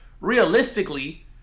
realistically